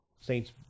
Saints